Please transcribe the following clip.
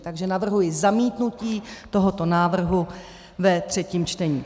Takže navrhuji zamítnutí tohoto návrhu ve třetím čtení.